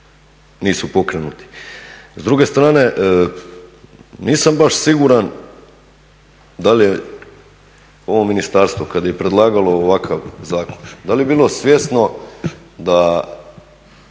nisu pokrenuti. S druge stane, nisam baš siguran da li je ovo ministarstvo kada je predlagalo ovakav zakon da li je bilo svjesno da